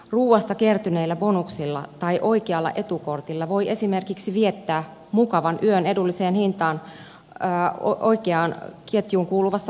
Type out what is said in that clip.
ruuasta kertyneillä bonuksilla tai oikealla etukortilla voi esimerkiksi viettää mukavan yön edulliseen hintaan oikeaan ketjuun kuuluvassa hotellissa